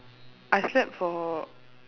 I slept for